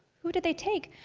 who did they take?